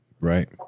Right